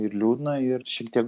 ir liūdna ir šiek tiek